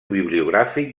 bibliogràfic